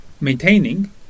maintaining